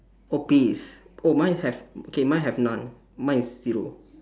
oh peas oh mine have okay mine have none mine is zero